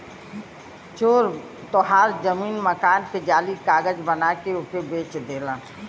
चोर तोहार जमीन मकान के जाली कागज बना के ओके बेच देलन